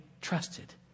trusted